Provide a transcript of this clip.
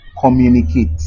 communicate